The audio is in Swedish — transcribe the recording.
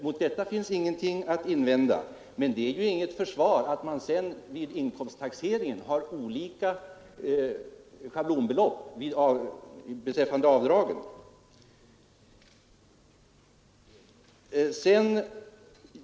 Mot detta finns ingenting att invända, men det är ju inget försvar för att man sedan vid inkomsttaxeringen har olika schablonbelopp beträffande avdragen.